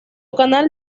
canal